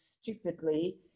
stupidly